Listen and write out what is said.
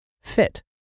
fit